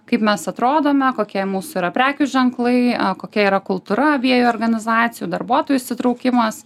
kaip mes atrodome kokie mūsų yra prekių ženklai a kokia yra kultūra abiejų organizacijų darbuotojų įsitraukimas